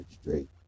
straight